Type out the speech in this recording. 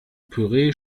püree